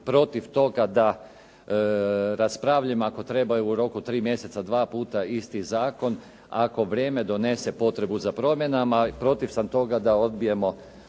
protiv toga da raspravljam ako treba i u roku 3 mjeseca 2 puta isti zakon, ako vrijeme donese potrebu za promjenama, protiv sam toga da odbijemo